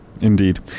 Indeed